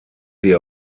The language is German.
sie